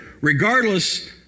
regardless